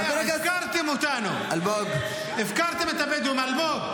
הפקרתם אותנו, הפקרתם את הבדואים,